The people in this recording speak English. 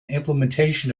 implementation